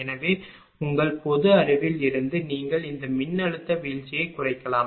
எனவே உங்கள் பொது அறிவில் இருந்து நீங்கள் இந்த மின்னழுத்த வீழ்ச்சியைக் குறைக்கலாம்